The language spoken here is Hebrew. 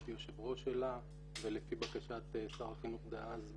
הייתי יושב ראש שלה ולפי בקשת שר החינוך דאז,